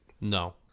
No